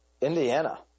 Indiana